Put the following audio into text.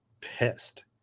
pissed